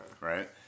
right